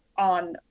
on